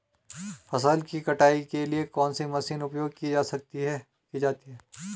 फसल की कटाई के लिए कौन सी मशीन उपयोग की जाती है?